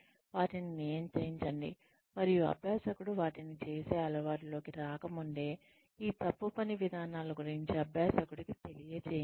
వాటిని నియంత్రించండి మరియు అభ్యాసకుడు వాటిని చేసే అలవాటులోకి రాకముందే ఈ తప్పు పని విధానాల గురించి అభ్యాసకుడికి తెలియజేయండి